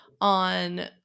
on